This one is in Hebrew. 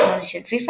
חצי הגמר והגמר,